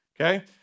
okay